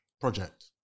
project